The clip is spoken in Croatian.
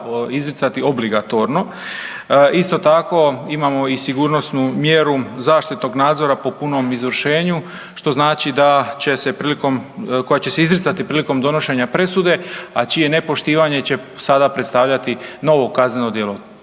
izricati obligatorno. Isto tako imamo i sigurnosnu mjeru zaštitnog nadzora po punom izvršenju koja će se izricati prilikom donošenja presude, a čije nepoštivanje će sada predstavljati novo kazneno djelo.